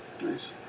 Nice